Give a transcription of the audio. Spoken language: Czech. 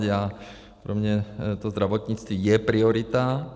Pro mě to zdravotnictví je priorita.